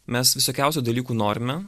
mes visokiausių dalykų norime